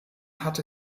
hatte